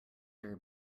are